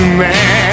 man